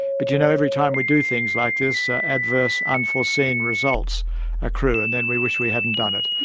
but you know, every time we do things like this adverse unforseen results accrue and then we wish we hadn't done it.